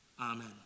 Amen